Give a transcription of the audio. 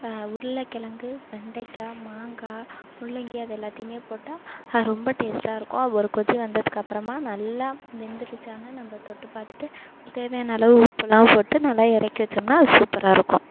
உருளைக்கிழங்கு வெண்டைக்காய் மாங்காய் முள்ளங்கி அது எல்லாத்தையுமே போட்டா அது ரொம்ப டேஸ்டாக இருக்கும் ஒரு கொதி வந்ததுக்கப்புறமா நல்லா வெந்துருச்சான்னு நம்ப தொட்டு பார்த்துட்டு தேவையான அளவு உப்புலாம் போட்டு நல்லா இறக்கி வச்சோம்னா அது சூப்பராக இருக்கும்